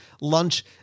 lunch